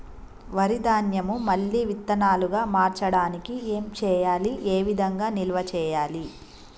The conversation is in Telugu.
వరి ధాన్యము మళ్ళీ విత్తనాలు గా మార్చడానికి ఏం చేయాలి ఏ విధంగా నిల్వ చేయాలి?